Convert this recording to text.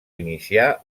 iniciar